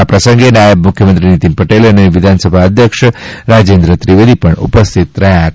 આ પ્રસંગે નાયબ મુખ્યમંત્રી નીતીન પટેલ અને વિધાનસભા અધ્યક્ષ રાજેન્દ્ર ત્રિવેદી ઉપસ્થિત રહ્યા હતા